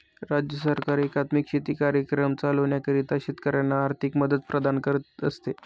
राज्य सरकार एकात्मिक शेती कार्यक्रम चालविण्याकरिता शेतकऱ्यांना आर्थिक मदत प्रदान करत असते